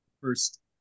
first